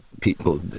people